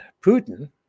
Putin